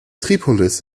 tripolis